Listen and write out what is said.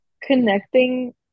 Connecting